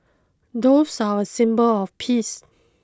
doves are a symbol of peace